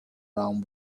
round